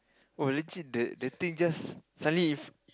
oh legit the the thing just suddenly